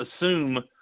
assume